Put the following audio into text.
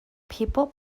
people